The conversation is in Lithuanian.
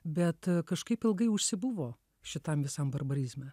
bet kažkaip ilgai užsibuvo šitam visam barbarizme